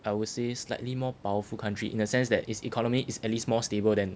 I would say slightly more powerful country in the sense that its economy is at least more stable than